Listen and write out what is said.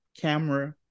camera